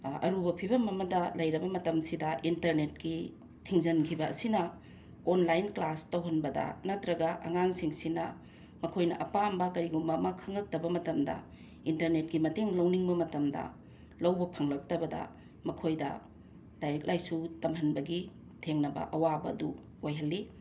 ꯑꯔꯨꯕ ꯐꯤꯕꯝ ꯑꯃꯗ ꯂꯩꯔꯕ ꯃꯇꯝꯁꯤꯗ ꯏꯟꯇꯔꯅꯦꯠꯀꯤ ꯊꯤꯡꯖꯤꯟꯈꯤꯕ ꯑꯁꯤꯅ ꯑꯣꯟꯂꯥꯏꯟ ꯀ꯭ꯂꯥꯁ ꯇꯧꯍꯟꯕꯗ ꯅꯠꯇ꯭ꯔꯒ ꯑꯉꯥꯡꯁꯤꯡꯁꯤꯅ ꯃꯈꯣꯏꯅ ꯑꯄꯥꯝꯕ ꯀꯔꯤꯒꯨꯝꯕ ꯑꯃ ꯈꯪꯂꯛꯇꯕ ꯃꯇꯝꯗ ꯏꯟꯇꯔꯅꯦꯠꯀꯤ ꯃꯇꯦꯡ ꯂꯧꯅꯤꯡꯕ ꯃꯇꯝꯗ ꯂꯧꯕ ꯐꯪꯉꯛꯇꯕꯗ ꯃꯈꯣꯏꯗ ꯂꯥꯏꯔꯤꯛ ꯂꯥꯏꯁꯨ ꯇꯝꯍꯟꯕꯒꯤ ꯊꯦꯡꯅꯕ ꯑꯋꯥꯕꯗꯨ ꯑꯣꯏꯍꯜꯂꯤ